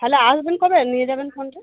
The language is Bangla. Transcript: হ্যালো আসবেন কবে নিয়ে যাবেন ফোনটা